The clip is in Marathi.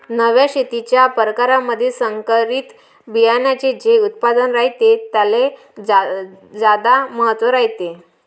नव्या शेतीच्या परकारामंधी संकरित बियान्याचे जे उत्पादन रायते त्याले ज्यादा महत्त्व रायते